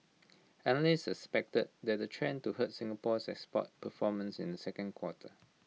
analysts expected that the trend to hurt Singapore's export performance in the second quarter